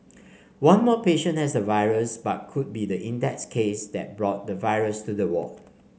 one more patient has the virus but could be the index case that brought the virus to the ward